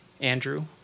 Andrew